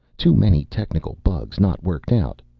too many technical bugs not worked out.